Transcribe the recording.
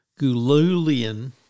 Gululian